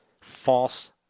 False